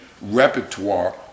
repertoire